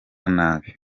nabi